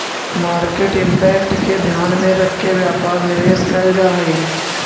market impact के ध्यान में रखके व्यापार में निवेश कैल जा हई